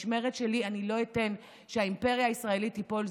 במשמרת שלי אני לא אתן שהאימפריה הישראלית תיפול.